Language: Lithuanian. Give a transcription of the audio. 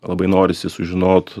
labai norisi sužinot